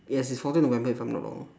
yes it's fourteen november if I'm not wrong